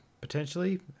potentially